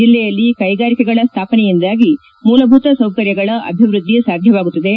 ಜಿಲ್ಲೆಯಲ್ಲಿ ಕೈಗಾರಿಕೆಗಳು ಸ್ಥಾಪನೆಯಿಂದಾಗಿ ಮೂಲಭೂತ ಸೌಕರ್ಯಗಳ ಅಭಿವೃದ್ಧಿ ಸಾಧ್ಯವಾಗುತ್ತದೆ